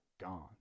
gone